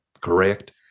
correct